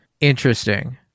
Interesting